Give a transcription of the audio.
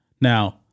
Now